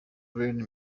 lilian